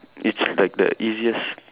it's like the easiest